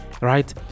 right